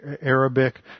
Arabic